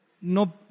no